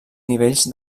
nivells